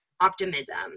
optimism